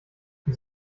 wie